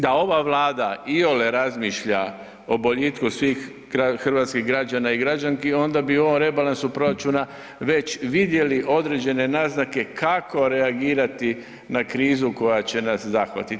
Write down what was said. Da ova Vlada iole razmišlja o boljitku svih hrvatskih građana i građanki onda bi u ovom rebalansu proračuna već vidjeli određene naznake kako reagirati na krizu koja će nas zahvatiti.